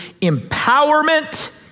empowerment